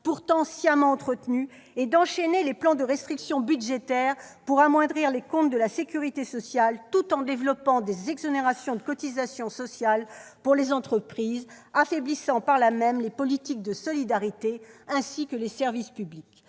pourtant sciemment entretenu, et d'enchaîner les plans de restrictions budgétaires pour amoindrir les comptes de la sécurité sociale tout en développant les exonérations de cotisations sociales pour les entreprises, affaiblissant par là même les politiques de solidarité ainsi que les services publics.